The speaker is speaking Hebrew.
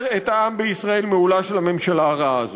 את העם בישראל מעולה של הממשלה הרעה הזו.